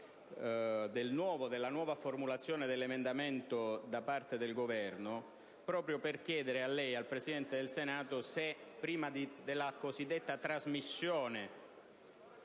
della nuova formulazione dell'emendamento da parte del Governo, proprio per chiedere a lei e al Presidente del Senato, se, prima della cosiddetta trasmissione